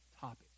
topic